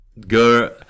girl